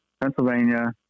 Pennsylvania